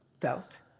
felt